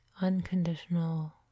unconditional